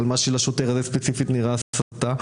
גם על מה שלשוטר הזה ספציפי נראה הסתה,